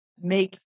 make